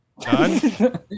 Done